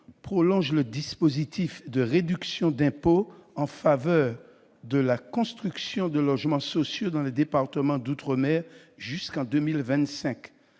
prolonger le dispositif de réduction d'impôt en faveur de la construction de logements sociaux dans les départements d'outre-mer jusqu'en 2025,